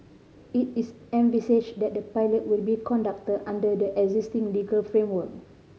it is envisaged that the pilot will be conducted under the existing legal framework